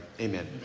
Amen